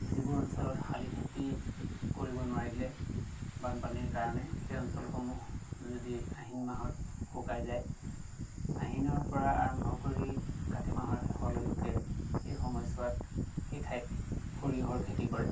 যিবোৰ অঞ্চলত শালি খেতি কৰিব নোৱাৰিলে বানপানীৰ কাৰণে সেই অঞ্চলসমূহ যদি আহিন মাহত শুকাই যায় আহিনৰ পৰা আৰম্ভ কৰি কাতি মাহৰ শেষলৈকে সেই সময়ছোৱাত সেই ঠাইত সৰিয়হৰ খেতি কৰে